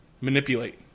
manipulate